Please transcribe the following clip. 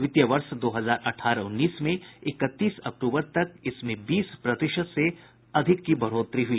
वित्त वर्ष दो हजार अठारह उन्नीस में इकतीस अक्टूबर तक इसमें बीस प्रतिशत से ज्यादा की बढ़ोतरी हुई